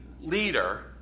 leader